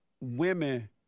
women